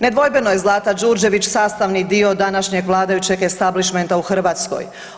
Nedvojbeno je Zlata Đurđević sastavni dio današnjeg vladajućeg establišmenta u Hrvatskoj.